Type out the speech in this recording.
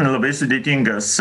labai sudėtingas